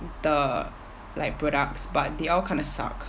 the like products but they all kind of suck